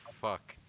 fuck